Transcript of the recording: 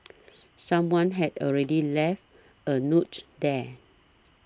someone had already left a note there